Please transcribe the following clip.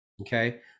Okay